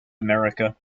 america